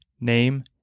name